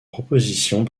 propositions